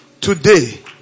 Today